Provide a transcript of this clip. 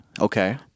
okay